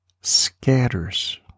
scatters